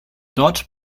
dort